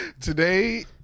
today